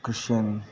christian